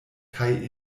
kaj